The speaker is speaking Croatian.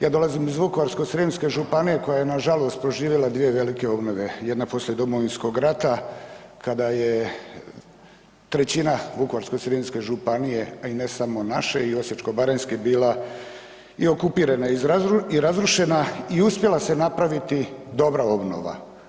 Ja dolazim iz Vukovarsko-srijemske županije koja je nažalost proživjela 2 velike obnove, jedna poslije Domovinskog rata kada je trećina Vukovarsko-srijemske županije, a i ne samo naše i Osječko-baranjske bila i okupirana i razrušena i uspjela se napraviti dobra obnova.